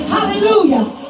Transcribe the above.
Hallelujah